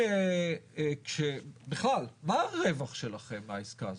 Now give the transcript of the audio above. האם כשבכלל, מה הרווח שלכם מהעסקה הזאת?